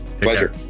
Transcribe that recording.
Pleasure